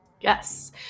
Yes